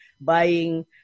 buying